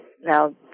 Now